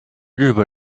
日本